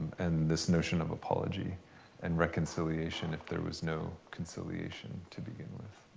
and this notion of apology and reconciliation, if there was no conciliation to begin with.